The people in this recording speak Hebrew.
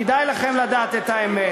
כדאי לכם לדעת את האמת,